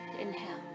Inhale